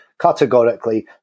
categorically